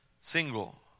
Single